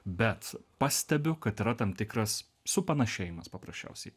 bet pastebiu kad yra tam tikras supanašėjimas paprasčiausiai